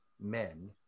men